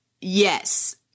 Yes